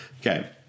Okay